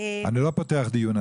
לא פותח דיון,